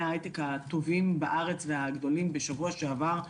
ההייטק הטובים והגדולים בארץ בשבוע שעבר,